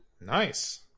nice